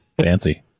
fancy